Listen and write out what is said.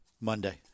Monday